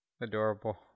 adorable